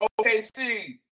OKC